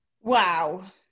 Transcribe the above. Wow